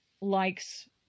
likes